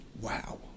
wow